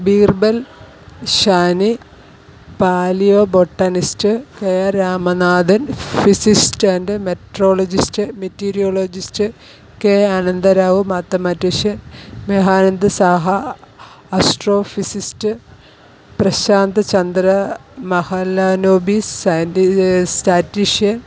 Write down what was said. Birbal Sahni palaeo botanist K R Ramanathan physicist and metrologist meteorologist K Anantha Rao mathematician Meghnad Saha astrophysicist Prasanta Chandra Mahalanobis scientist statistician